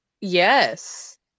Yes